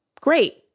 great